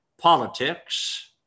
politics